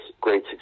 great